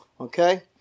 Okay